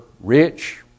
rich